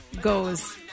goes